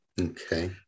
Okay